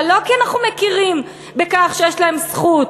אבל לא כי אנחנו מכירים בכך שיש להם זכות,